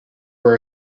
were